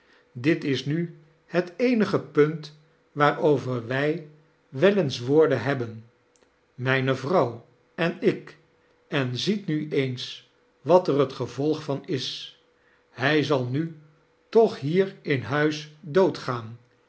dit is nu het eenige punt waarover wij wel eens woorden hebben mijne vrouw en ik en ziet nu eens wat er het gevolg van is hij zal nu toch hier in huis doodgaan